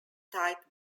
type